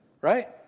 right